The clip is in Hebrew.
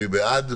מי בעד?